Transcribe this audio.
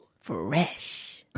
Fresh